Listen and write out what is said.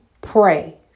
Pray